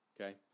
okay